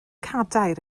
cadair